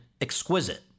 Exquisite